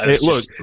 Look